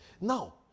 Now